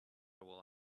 will